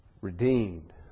redeemed